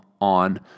on